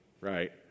right